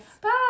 Bye